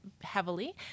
heavily